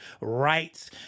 rights